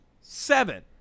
Seven